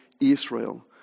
Israel